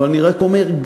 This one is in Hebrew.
אבל אני רק אומר,